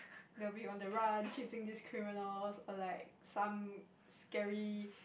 the way on the run chasing these criminals or like some scary